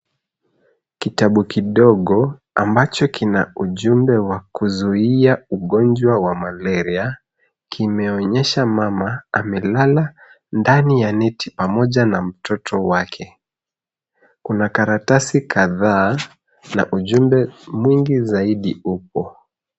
Kitabu kidogo ambacho kina ujumbe wa kuzuia ugonjwa wa malaria, kimeonyesha mama amelala ndani ya neti pamoja na mtoto wake. Kuna karatasi kadhaa na ujumbe mwingi zaidi upo.